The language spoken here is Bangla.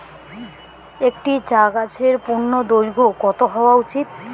একটি চা গাছের পূর্ণদৈর্ঘ্য কত হওয়া উচিৎ?